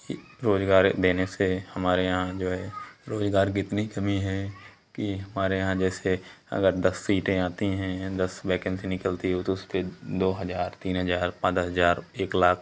यह रोज़गार देने से हमारे यहाँ जो है रोज़गार की इतनी कमी है कि हमारे यहाँ जैसे अगर दस सीटें आती हैं दस वैकन्सी निकलती हैं तो उसपर दो हज़ार तीन हज़ार पाँच दस हज़ार एक लाख